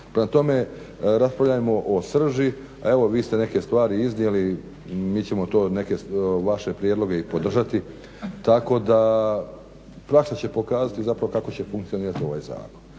tome, raspravljajmo o srži, a evo vi ste neke stvari iznijeli. Mi ćemo to neke vaše prijedloge i podržati tako da praksa će pokazati zapravo kako će funkcionirati ovaj zakon.